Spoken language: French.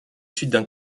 suites